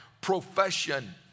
profession